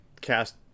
cast